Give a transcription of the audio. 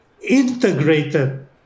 integrated